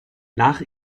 nach